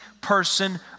person